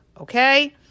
Okay